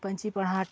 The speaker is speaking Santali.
ᱯᱟᱹᱧᱪᱤ ᱯᱟᱲᱦᱟᱴ